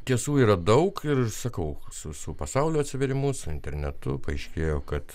tiesų yra daug ir sakau su su pasaulio atsivėrimu su internetu paaiškėjo kad